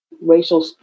racial